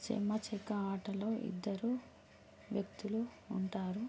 చెమ్మ చెక్క ఆటలో ఇద్దరు వ్యక్తులు ఉంటారు